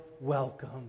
welcome